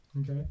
okay